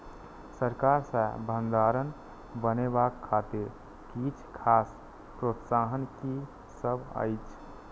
सरकार सँ भण्डार बनेवाक खातिर किछ खास प्रोत्साहन कि सब अइछ?